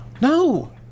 No